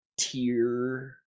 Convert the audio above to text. tier